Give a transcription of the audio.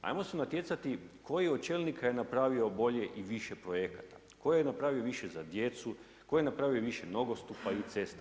Hajmo se natjecati tko je od čelnika napravio bolje i više projekata, tko je napravio više za djecu, tko je napravio više nogostupa ili cesta.